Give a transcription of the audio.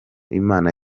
imana